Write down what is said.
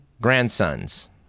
grandsons